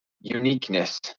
uniqueness